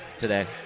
today